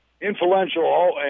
influential